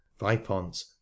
vipont